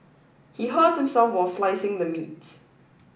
he hurt himself while slicing the meat